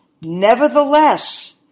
Nevertheless